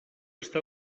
està